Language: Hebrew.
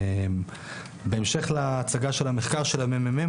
בהמשך להצגה של מחקר הממ"מ,